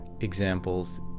examples